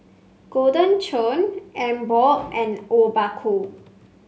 Golden Churn Emborg and Obaku